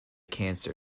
cancer